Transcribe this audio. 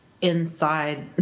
inside